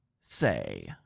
say